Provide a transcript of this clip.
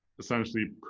essentially